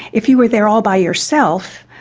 if you were there all by yourself,